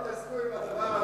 אם תתעסקו עם הדבר הזה,